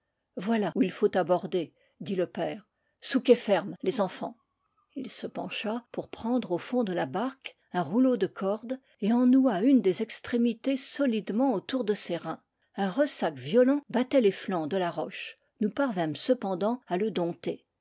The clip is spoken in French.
voilà où il faut aborder dit le père souquez ferme les enfants il se pencha pour prendre au fond de la barque un rou leau de corde et en noua une des extrémités solidement autour de ses reins un ressac violent battait les flancs de la roche nous parvînmes cependant à le dompter